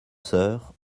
sœurs